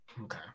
Okay